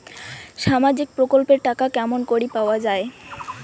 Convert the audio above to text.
সামাজিক প্রকল্পের টাকা কেমন করি পাওয়া যায়?